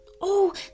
Oh